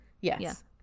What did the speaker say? Yes